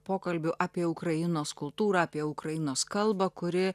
pokalbių apie ukrainos kultūrą apie ukrainos kalbą kuri